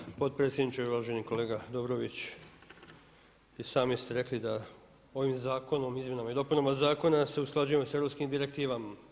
Hvala potpredsjedniče i uvaženi kolega Dobrović i sami ste rekli da ovim zakonom izmjenama i dopunama zakona se usklađujemo sa europskim direktivama.